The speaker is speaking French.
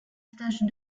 stage